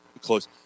close